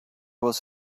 was